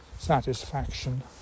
Satisfaction